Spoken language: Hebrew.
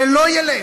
זה לא ילך.